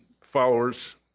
followers